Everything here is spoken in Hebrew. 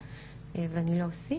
ואני לא אוסיף.